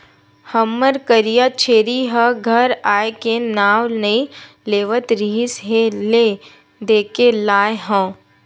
हमर करिया छेरी ह घर आए के नांव नइ लेवत रिहिस हे ले देके लाय हँव